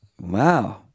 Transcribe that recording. Wow